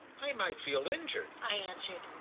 i might feel injured, i answered,